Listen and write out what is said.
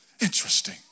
Interesting